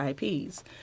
IPs